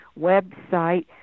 website